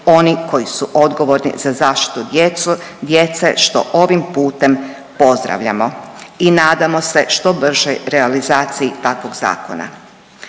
oni koji su odgovorni za zaštitu djece, što ovim putem pozdravljamo i nadamo se što bržoj realizaciji takvog zakona.